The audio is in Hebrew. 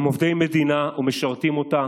הם עובדי מדינה ומשרתים אותה,